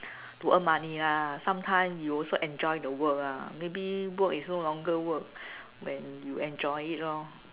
to earn money lah sometime you also enjoy the work lah maybe work is no longer work when you enjoy it lor